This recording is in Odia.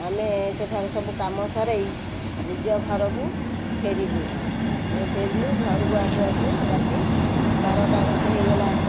ଆମେ ସେଠାରେ ସବୁ କାମ ସରାଇ ନିଜ ଘରକୁ ଫେରିଲୁ ୟେ ଫେରିଲୁ ଘରକୁ ଆସୁ ଆସୁ ରାତି ବାରଟା ଘଣ୍ଟେ ହେଇଗଲା